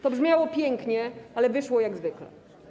To brzmiało pięknie, ale wyszło jak zwykle.